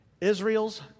Israel's